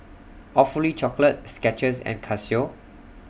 Awfully Chocolate Skechers and Casio